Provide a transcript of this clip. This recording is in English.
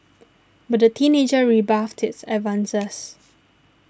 but the teenager rebuffed his advances